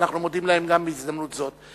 ואנחנו מודים להם גם בהזדמנות זאת.